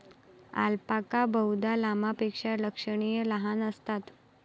alpaca बहुधा लामापेक्षा लक्षणीय लहान असतात